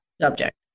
subject